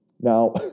Now